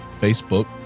Facebook